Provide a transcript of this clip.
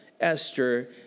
Esther